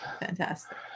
Fantastic